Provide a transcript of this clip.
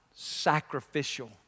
sacrificial